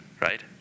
Right